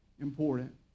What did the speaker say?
important